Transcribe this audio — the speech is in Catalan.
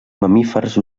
mamífers